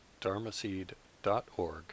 dharmaseed.org